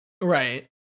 Right